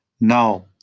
Now